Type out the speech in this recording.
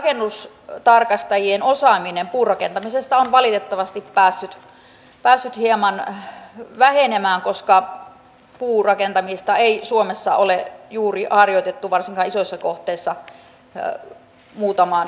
toisekseen rakennustarkastajien osaaminen puurakentamisessa on valitettavasti päässyt hieman vähenemään koska puurakentamista ei suomessa ole juuri harjoitettu varsinkaan isoissa kohteissa muutamaan kymmeneen vuoteen